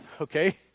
Okay